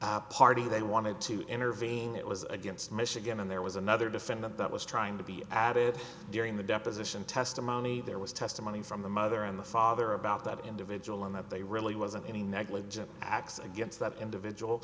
matter party they wanted to intervene it was against michigan and there was another defendant that was trying to be added during the deposition testimony there was testimony from the mother and the father about that individual and that they really wasn't any negligent acts against that individual